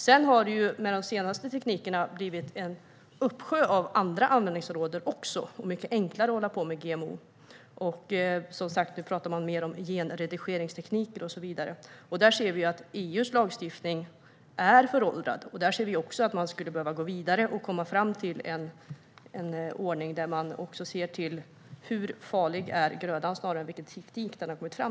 Sedan har det med de senaste teknikerna blivit en uppsjö av andra användningsområden och mycket enklare att hålla på med GMO. Nu talar man mer om genredigeringstekniker och så vidare. Där ser vi att EU:s lagstiftning är föråldrad och att man skulle behöva gå vidare och komma fram till en ordning där man ser till hur farlig grödan är snarare än till med vilken teknik den har kommit fram.